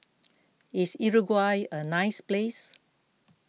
is Uruguay a nice place